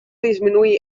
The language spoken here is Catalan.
disminuir